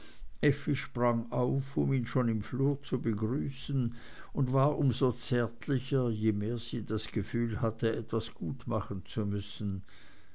sprang auf um ihn schon im flur zu begrüßen und war um so zärtlicher je mehr sie das gefühl hatte etwas gutmachen zu müssen